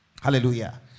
Hallelujah